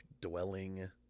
dwelling